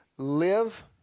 live